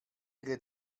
ihre